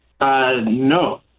No